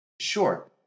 Sure